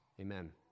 Amen